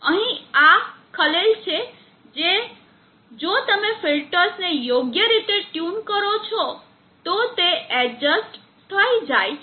અહીં આ ખલેલ છે જે જો તમે ફિલ્ટર્સને યોગ્ય રીતે ટ્યુન કરો છો તો તે એડજસ્ટ થઇ જાય છે